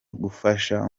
kugufasha